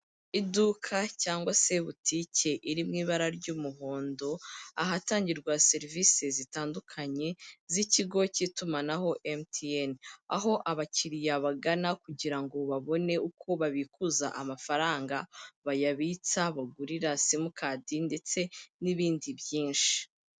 Iduka cyangwa se butike iri mu ibara ry'umuhondo ahatangirwa serivisi zitandukanye z'ikigo cy'itumanaho MTN, aho abakiriya bagana kugira ngo babone uko babikuza amafaranga, bayabitsa, bagurira simukadi ndetse n'ibindi byinshi.